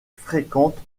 fréquente